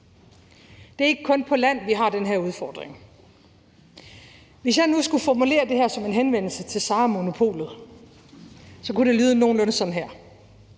Det er ikke kun på land, vi har den her udfordring. Hvis jeg nu skulle formulere det her som en henvendelse til »Sara & Monopolet«, kunne det lyde nogenlunde sådan her: